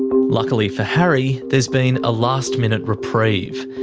luckily for harry, there's been a last-minute reprieve.